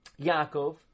Yaakov